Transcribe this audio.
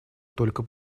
только